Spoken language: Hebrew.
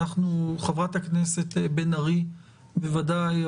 חברת הכנסת בן ארי בוודאי,